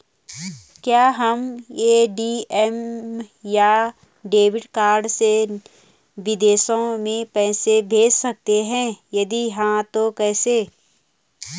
क्या हम ए.टी.एम या डेबिट कार्ड से विदेशों में पैसे भेज सकते हैं यदि हाँ तो कैसे?